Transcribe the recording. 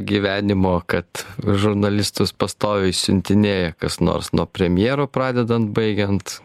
gyvenimo kad žurnalistus pastoviai siuntinėja kas nors nuo premjero pradedant baigiant